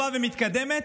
טובה ומתקדמת,